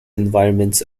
environments